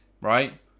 right